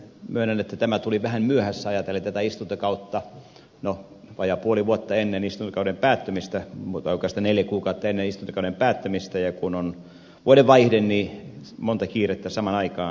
myönnän että tämä tuli vähän myöhässä ajatellen tätä istuntokautta vajaat puoli vuotta ennen istuntokauden päättymistä oikeastaan neljä kuukautta ennen istuntokauden päättymistä ja kun on vuodenvaihde niin on monta kiirettä samaan aikaan